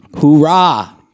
hoorah